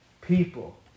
people